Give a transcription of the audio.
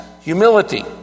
humility